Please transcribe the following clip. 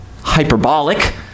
hyperbolic